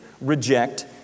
reject